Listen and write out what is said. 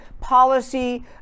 policy